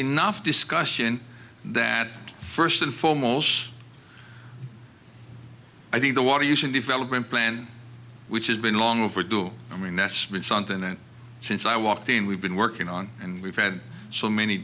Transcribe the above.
enough discussion that first and foremost i think the water using development plan which has been long overdue i mean that's been something that since i walked in we've been working on and we've had so many